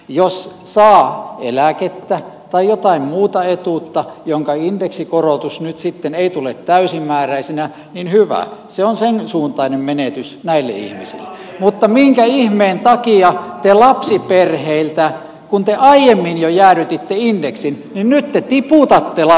jos saa eläkettä tai jotain muuta etuutta jonka indeksikorotus nyt sitten ei tule täysimääräisenä niin hyvä se on sensuuntainen menetys näille ihmisille mutta minkä ihmeen takia te lapsiperheiltä kun te aiemmin jo jäädytitte indeksin nyt tiputatte lapsilisää